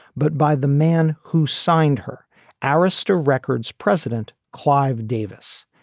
but by the man who signed her arista records, president clive davis.